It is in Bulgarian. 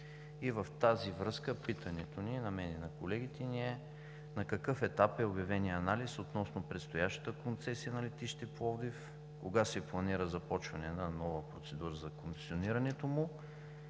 В тази връзка питането ни, на мен и колегите, е: на какъв етап е обявеният анализ относно предстоящата концесия на летище Пловдив? Кога се планира започване на нова процедура за концесионирането му?